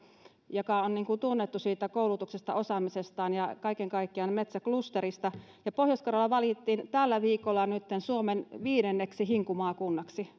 joka on tunnettu koulutuksesta osaamisestaan ja kaiken kaikkiaan metsäklusterista pohjois karjala valittiin nytten tällä viikolla suomen viidenneksi hinku maakunnaksi